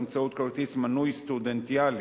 באמצעות כרטיס מנוי סטודנטיאלי.